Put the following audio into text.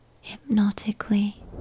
hypnotically